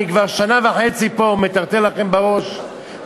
אני כבר שנה וחצי פה מטרטר לכם בראש,